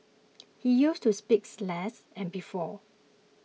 he used to speak less and before